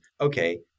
okay